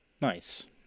Nice